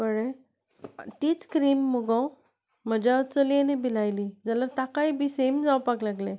कळ्ळें तीच क्रीम मगो म्हज्या चलयेनूय बी लायली जाल्यार ताकाय बी सेम जावपाक लागलें